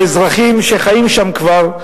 האזרחים שחיים שם כבר,